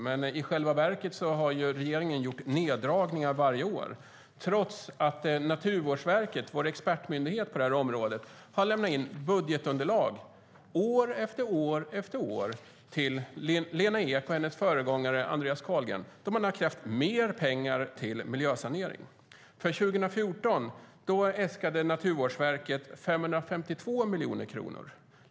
Men i själva verket har regeringen gjort neddragningar varje år, trots att Naturvårdsverket, vår expertmyndighet på området, år efter år lämnat in budgetunderlag till Lena Ek och hennes föregångare Andreas Carlgren där de krävt mer pengar till miljösanering. För 2014 äskade Naturvårdsverket 552 miljoner kronor.